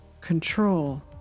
Control